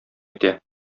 итә